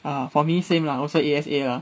err for me same lah also A_S_A lah